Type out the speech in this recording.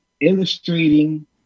illustrating